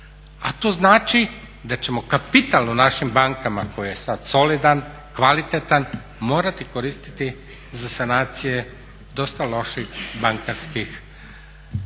A to znači da ćemo kapital u našim bankama koji je sad solidan, kvalitetan morati koristiti za sanacije dosta loših bankarskih giganta